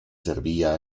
servía